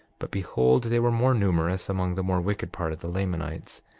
but behold, they were more numerous among the more wicked part of the lamanites.